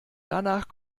danach